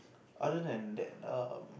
other than that um